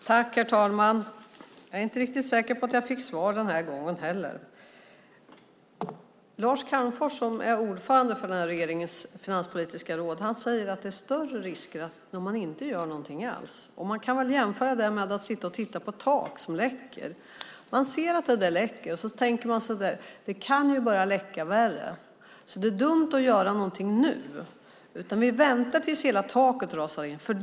Herr talman! Jag är inte riktigt säker på att jag den här gången heller fick något svar. Lars Calmfors, som är ordförande i regeringens finanspolitiska råd, säger att det är förenat med större risker att inte göra någonting alls. Man kan väl jämföra det med att sitta och titta på ett tak som läcker. Man ser att taket läcker och tänker: Det kan börja läcka värre så det är dumt att göra någonting nu. Det är bättre att vänta tills hela taket rasar in.